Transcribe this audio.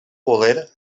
poder